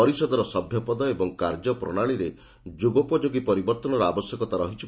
ପରିଷଦର ସଭ୍ୟ ପଦ ଏବଂ କାର୍ଯ୍ୟ ପ୍ରଣାଳୀରେ ଯୁଗୋପଯୋଗୀ ପରିବର୍ତ୍ତନର ଆବଶ୍ୟକତା ରହିଛି